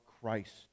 Christ